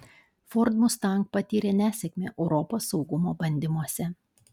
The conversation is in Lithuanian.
ford mustang patyrė nesėkmę europos saugumo bandymuose